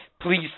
Please